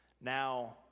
Now